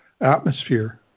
atmosphere